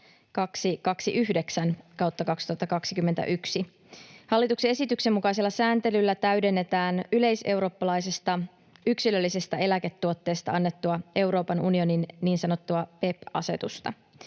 229/2021. Hallituksen esityksen mukaisella sääntelyllä täydennetään yleiseurooppalaisesta yksilöllisestä eläketuotteesta annettua Euroopan unionin niin sanottua PEPP-asetusta.